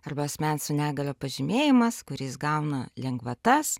arba asmens su negalia pažymėjimas kuris gauna lengvatas